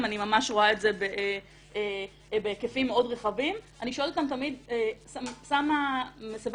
וגם בהמשך הדרך הוא מקבע ומתקבע